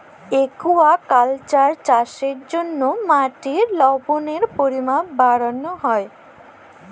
aquaculture চাষের জ্যনহে মাটির লবলের পরিমাল বাড়হাল হ্যয়